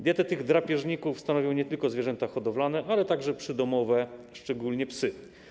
Dietę tych drapieżników stanowią nie tylko zwierzęta hodowlane, ale także przydomowe, szczególnie psy.